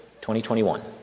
2021